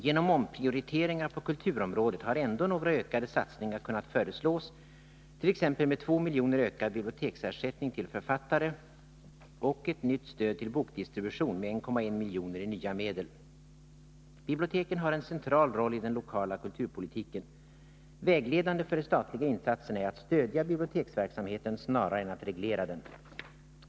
Genom omprioriteringar på kulturområdet har ändå några ökade satsningar kunnat föreslås, t.ex. med 2 milj.kr. ökad biblioteksersättning till författare och ett nytt stöd till bokdistribution med 1,1 milj.kr. i nya medel. Biblioteken har en central rolli den lokala kulturpolitiken. Vägledande för de statliga insatserna är att stödja biblioteksverksamheten snarare än att reglera den.